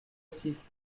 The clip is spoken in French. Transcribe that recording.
six